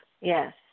Yes